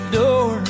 door